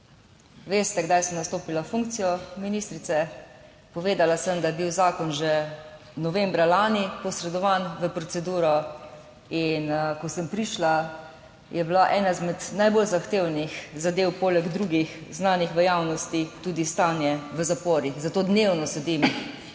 Veste, kdaj sem nastopila funkcijo ministrice, povedala sem, da je bil zakon že novembra lani posredovan v proceduro. In ko sem prišla, je bila ena izmed najbolj zahtevnih zadev, poleg drugih znanih v javnosti, tudi stanje v zaporih, zato dnevno sedim